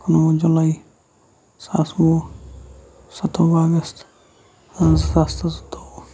کُنوُہ جُلاے زٕ ساس وُہ سَتووُہ اگستہٕ زٕ ساس تہٕ زٕتووُہ